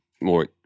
more